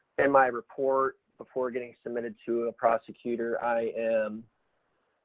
in my report before getting submitted to a prosecutor i am,